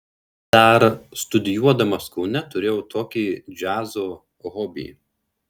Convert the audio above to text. dar studijuodamas kaune turėjau tokį džiazo hobį